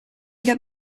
get